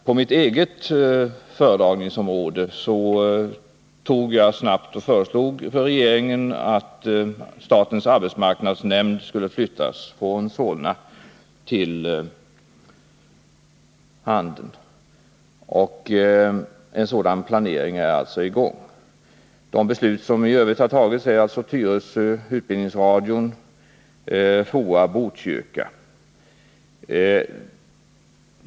På mitt eget föredragningsområde föreslog jag snabbt för regeringen att statens arbetsmarknadsnämnd skulle flyttas från Solna till Handen. En sådan planering är alltså i gång. De beslut som i övrigt har fattats gäller utbildningsradions omlokalisering till Tyresö och FOA:s till Botkyrka.